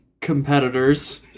competitors